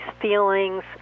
feelings